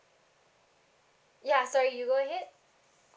yeah sorry you go ahead